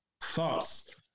thoughts